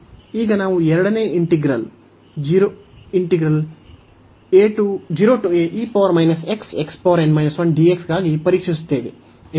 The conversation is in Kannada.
ಈಗ ನಾವು ಎರಡನೇ ಅವಿಭಾಜ್ಯ ಗಾಗಿ ಪರೀಕ್ಷಿಸುತ್ತೇವೆ